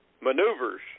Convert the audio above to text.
maneuvers